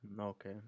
Okay